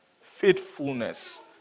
Faithfulness